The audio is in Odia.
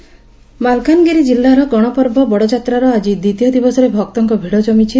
ଗଣପର୍ବ ମାଲକାନଗିରି ଜିଲ୍ଲାର ଗଣପର୍ବ ବଡ଼ଯାତ୍ରାର ଆଜି ଦିତୀୟ ଦିବସରେ ଭକ୍ତଙ୍କ ଭୀଡ଼ ଜମିଛି